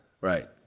right